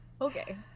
Okay